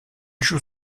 joue